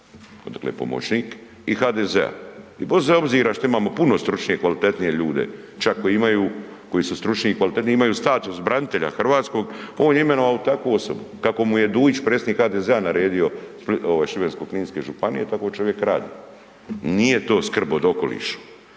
odakle je pomoćnik i HDZ-a. I bez obzira što imamo puno stručnije i kvalitetnije ljude čak koji su stručni i kvalitetniji i imaju status branitelja hrvatskog, on je imenovao takvu osobu, kako mu je Duić predsjednik HDZ naredio ovaj Šibensko-kninske županije tako čovjek radi. Nije to skrb o okolišu.